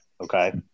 okay